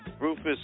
Rufus